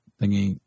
thingy